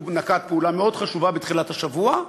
הוא נקט פעולה מאוד חשובה בתחילת השבוע.